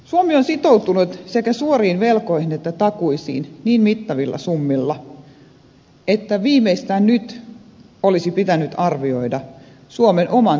suomi on sitoutunut sekä suoriin velkoihin että takuisiin niin mittavilla summilla että viimeistään nyt olisi pitänyt arvioida suomen oman talouden kestokyky